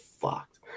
fucked